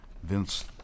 Vince